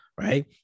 right